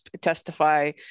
testify